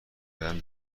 کردن